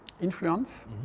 influence